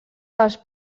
dels